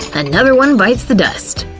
another one bites the dust.